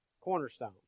cornerstone